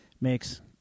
makes